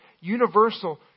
universal